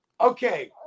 okay